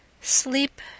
sleep